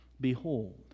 Behold